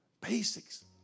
Basics